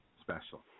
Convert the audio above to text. special